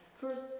First